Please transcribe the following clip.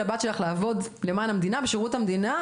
לבת שלך לעבוד למען המדינה בשירות המדינה?